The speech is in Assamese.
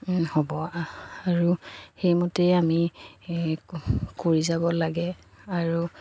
হ'ব আৰু সেইমতেই আমি কৰি যাব লাগে আৰু